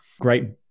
Great